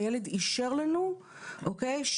והילד אישר לנו שרותי,